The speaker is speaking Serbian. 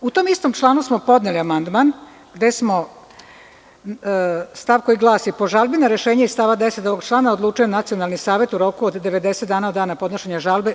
U tom istom članu smo podneli amandman gde smo, stav koji glasi – po žalbena rešenja iz stava 10. ovog člana odlučuje Nacionalni savet u roku od 90 dana od dana podnošenja žalbe.